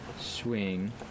swing